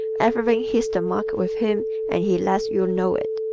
everything hits the mark with him and he lets you know it.